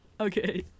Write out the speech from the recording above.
Okay